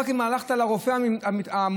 רק אם הלכת לרופא המומחה.